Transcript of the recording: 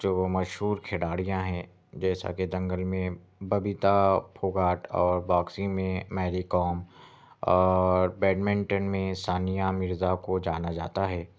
جو مشہور کھلاڑیوں ہیں جیسا کہ دنگل میں ببیتا پھوگاٹ اور باکسنگ میں میری کوم اور بیڈمنٹن میں ثانیہ مرزا کو جانا جاتا ہے